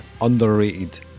underrated